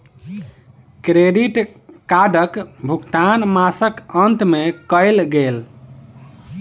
credit कार्डक भुगतान मासक अंत में कयल गेल